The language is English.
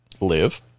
live